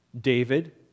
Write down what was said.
David